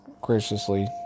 graciously